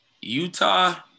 Utah